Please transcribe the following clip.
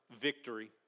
victory